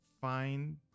find